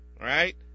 Right